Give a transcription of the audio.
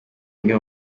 umwe